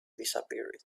disappeared